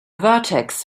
vertex